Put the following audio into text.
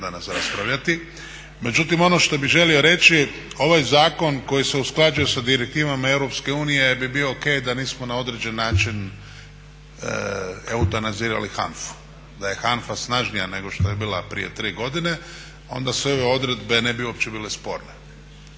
danas raspravljati. Međutim ono što bih želio reći, ovaj zakon koji se usklađuje sa direktivama Europske unije bi bio ok da nismo na određen način eutanazirali HANFA-u. Da je HANFA snažnija nego što je bila prije tri godine onda ove odredbe ne bi uopće bi bile sporne.